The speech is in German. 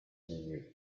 menü